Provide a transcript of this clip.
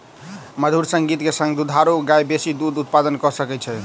मधुर संगीत के संग दुधारू गाय बेसी दूध उत्पादन कअ सकै छै